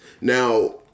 Now